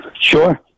Sure